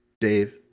Dave